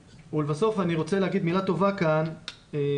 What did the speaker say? לבסוף אני רוצה להגיד מילה טובה כאן לביטוח